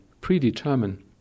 predetermine